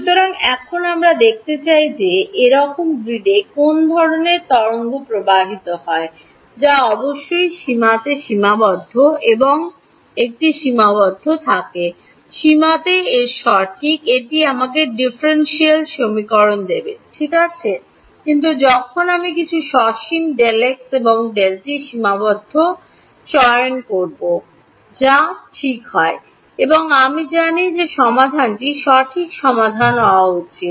সুতরাং এখন আমরা দেখতে চাই যে এরকম গ্রিডে কোন ধরণের তরঙ্গ প্রবাহিত হয় যা অবশ্যই সীমাতে সীমাবদ্ধ এবং একটি সীমাবদ্ধ থাকে সীমাতে এর সঠিক এটি আমাকে ডিফারেনশিয়াল সমীকরণ দেবে ঠিক আছে কিন্তু যখন আমি কিছু সসীম Δx এবং Δt সীমাবদ্ধ চয়ন করুন যা ঠিক হয় এবং আমি জানি যে সমাধানটি সঠিক সমাধান হওয়া উচিত